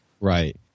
right